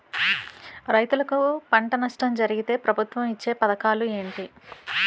రైతులుకి పంట నష్టం జరిగితే ప్రభుత్వం ఇచ్చా పథకాలు ఏంటి?